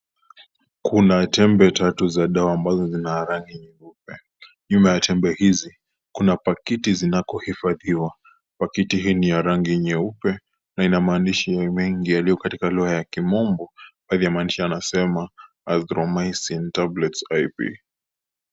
Kuna tembe tatu za dawa ambazo zina rangi nyeupe. Nyuma ya tembe hizi, kuna pakiti zinakohifadhiwa. Pakiti hii ni ya rangi nyeupe na ina maandishi mengi yaliyo katika lugha ya kimombo. Baadhi ya maandishi yanasema " Arthromycin tablets ip ".